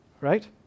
right